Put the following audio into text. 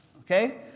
okay